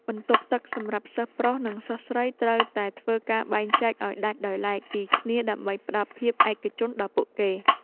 បន្ទប់ទឹកសម្រាប់សិស្សប្រុស និងសិស្សស្រីត្រូវតែធ្វើការបែងចែកឱ្យដាច់ដោយឡែកពីគ្នាដើម្បីផ្តល់ភាពឯកជនដល់ពួកគេ។